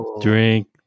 drink